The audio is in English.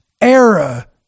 era